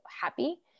happy